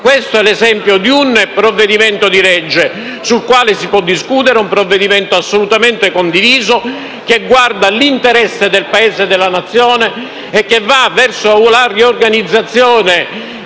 Questo è l'esempio di un provvedimento di legge sul quale si può discutere. È un provvedimento assolutamente condiviso che guarda l'interesse del Paese e della Nazione, e che va verso la riorganizzazione